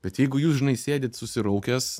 bet jeigu jūs žinai sėdit susiraukęs